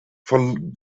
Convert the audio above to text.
von